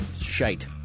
shite